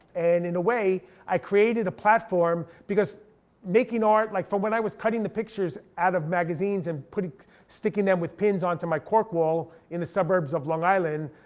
and in a way i created a platform. because making art like, from when i was cutting the pictures out of magazines, and sticking them with pins onto my cork wall in the suburbs of long island.